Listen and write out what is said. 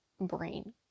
brain